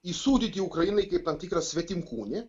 įsūdyti ukrainai kaip tam tikrą svetimkūnį